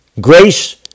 Grace